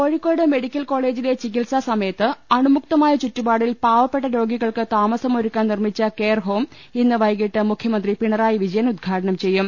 Kozhikode medical കോളജിലെ ചികിത്സാ സമയത്ത് അണു മുക്തമായ ചുറ്റുപാടിൽ പാവപ്പെട്ട രോഗികൾക്ക് താമസമൊരുക്കാൻ നിർമിച്ച കെയർഹോം ഇന്ന് വൈകീട്ട് മുഖ്യമന്ത്രി പിണറായി വിജ യൻ ഉദ്ഘാടനം ചെയ്യും